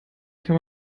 kann